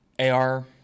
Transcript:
AR